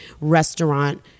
restaurant